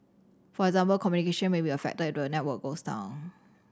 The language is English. for example communication may be affected if the network goes down